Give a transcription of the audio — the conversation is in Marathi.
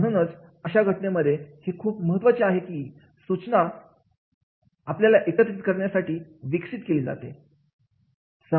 म्हणूनच अशा घटनेमध्ये हे खूप महत्त्वाचे आहे की सूचना आपल्याला एकत्रित करण्यासाठी विकसित करीत असते